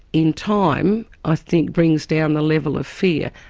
in time, i think, brings down the level of fear.